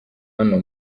hano